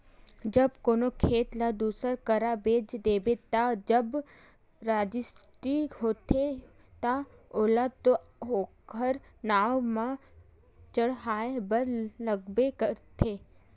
जब कोनो खेत ल दूसर करा बेच देबे ता जब रजिस्टी होही ता ओला तो ओखर नांव म चड़हाय बर लगबे करही